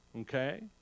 Okay